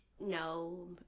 No